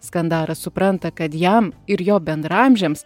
skandaras supranta kad jam ir jo bendraamžiams